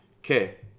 Okay